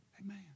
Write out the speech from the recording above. Amen